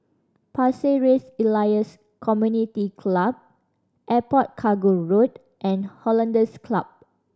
Pasir Ris Elias Community Club Airport Cargo Road and Hollandse Club